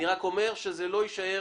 אני רק אומר שזה לא יישאר